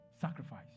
sacrifice